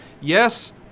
Yes